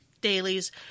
dailies